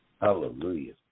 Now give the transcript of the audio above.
Hallelujah